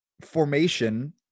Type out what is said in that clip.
formation